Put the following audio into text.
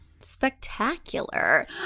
spectacular